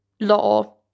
law